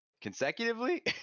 consecutively